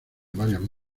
varias